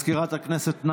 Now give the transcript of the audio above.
בעד מזכירת הכנסת,